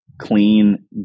Clean